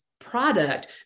product